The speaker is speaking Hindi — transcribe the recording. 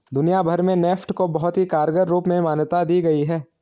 दुनिया भर में नेफ्ट को बहुत ही कारगर रूप में मान्यता दी गयी है